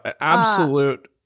absolute